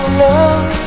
love